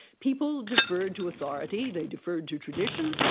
people deferred to authority, they deferred to tradition,